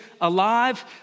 alive